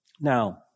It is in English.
Now